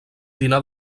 dinar